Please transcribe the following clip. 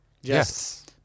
Yes